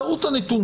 תראו את הנתונים,